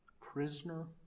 prisoner